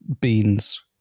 beans